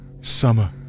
Summer